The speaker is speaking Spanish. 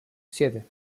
siete